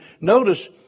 notice